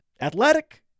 Athletic